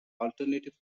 alternative